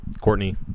Courtney